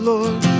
Lord